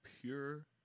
pure